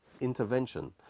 intervention